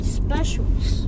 specials